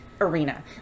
arena